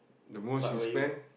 the most you spend